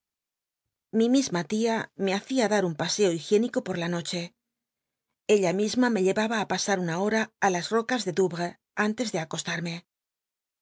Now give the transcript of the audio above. mi ma lia me hacia dar un paseo higiénico por la noche ella misma me lleraba ü pasat una hora ti las rocas de douwcs antes de acostarme